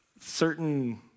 certain